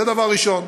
זה דבר ראשון.